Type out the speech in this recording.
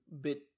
bit